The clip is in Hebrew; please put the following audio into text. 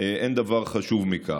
אין דבר חשוב מכך.